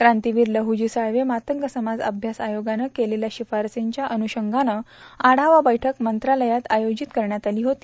क्रांतीवीर लद्वजी साळवे मातंग समाज अभ्यास आयोगानं केलेल्या शिफारशींच्या अनुषंगानं आढावा बैठक मंत्रालयात आयोजित करण्यात आली होती